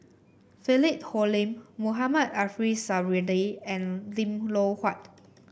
Philip Hoalim Mohamed Ariff Suradi and Lim Loh Huat